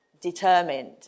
determined